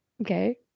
okay